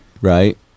right